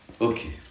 Okay